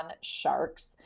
Sharks